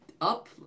up